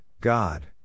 God